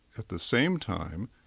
at the same time,